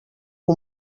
que